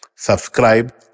Subscribe